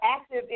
active